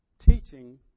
teaching